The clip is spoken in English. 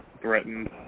threatened